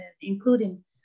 including